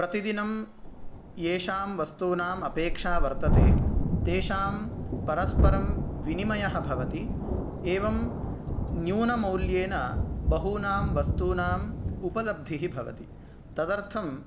प्रतिदिनं येषां वस्तूनाम् अपेक्षा वर्तते तेषां परस्परं विनिमयः भवति एवं न्यूनमौल्येन बहूनां वस्तूनाम् उपलब्धिः भवति तदर्थं